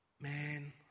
Man